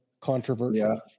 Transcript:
controversial